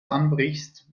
anbrichst